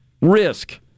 risk